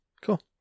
cool